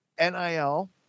NIL